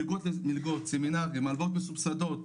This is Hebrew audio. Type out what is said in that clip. מלגות, סמינרים, הלוואות מסובסדות.